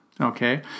Okay